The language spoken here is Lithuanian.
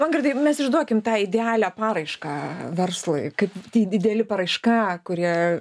mongirdai mes išduokim tą idealią paraišką verslui kaip dideli paraiška kur jie